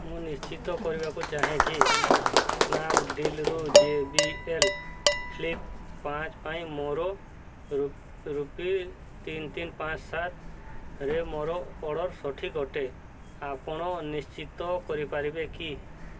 ମୁଁ ନିଶ୍ଚିତ କରିବାକୁ ଚାହେଁ ଯେ ସ୍ନାପଡ଼ିଲ୍ରୁ ଜେ ବି ଏଲ୍ ଫ୍ଲିପ୍ ପାଞ୍ଚ ପାଇଁ ମୋର ରୂପେ ତିନି ତିନି ପାଞ୍ଚ ସାତରେ ମୋର ଅର୍ଡ଼ର୍ ସଠିକ୍ ଅଟେ ଆପଣ ନିଶ୍ଚିତ କରିପାରିବେ କି